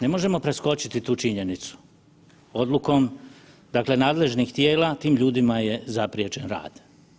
Ne možemo preskočiti tu činjenicu, odlukom, dakle nadležnih tijela, tim ljudima je zapriječen rad.